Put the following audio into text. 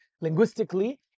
linguistically